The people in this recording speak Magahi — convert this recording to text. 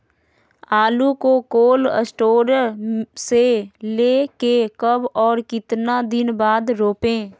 आलु को कोल शटोर से ले के कब और कितना दिन बाद रोपे?